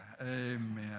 Amen